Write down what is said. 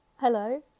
Hello